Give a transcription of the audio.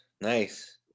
nice